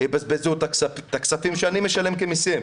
יבזבזו את הכספים שאני משלם כמסים.